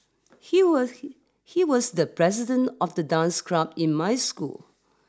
he was he he was the president of the dance club in my school